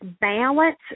balance